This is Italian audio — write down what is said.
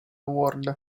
world